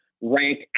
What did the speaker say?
Rank